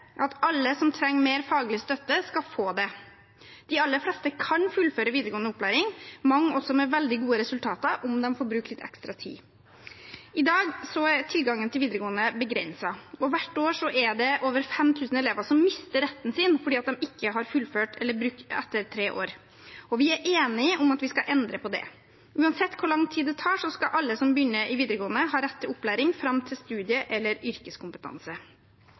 alle som trenger mer faglig støtte, få det. De aller fleste kan fullføre videregående opplæring – mange også med veldig gode resultater – om de får bruke litt ekstra tid. I dag er tilgangen til videregående begrenset. Hvert år er det over 5 000 elever som mister retten sin fordi de ikke har fullført etter å ha brukt tre år. Vi er enige om at vi skal endre på det. Uansett hvor lang tid det tar, skal alle som begynner i videregående, ha rett til opplæring fram til studie- eller yrkeskompetanse.